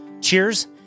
Cheers